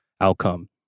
outcome